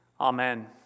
amen